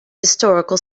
historical